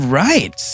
right